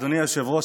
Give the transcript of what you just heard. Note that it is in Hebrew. אדוני היושב-ראש,